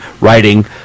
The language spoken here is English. writing